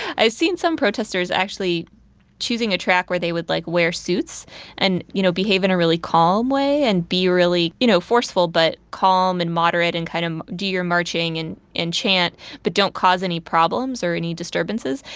i've seen some protesters actually choosing a track where they would like wear suits and you know behave in a really calm way and be really you know forceful but calm and moderate and kind of do your marching and and chant but don't cause any problems or any disturbances,